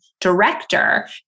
director